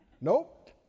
nope